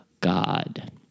God